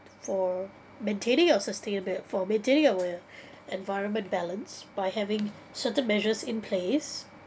for maintaining our sustainability for maintaining our environment balance by having certain measures in place